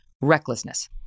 recklessness